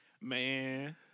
Man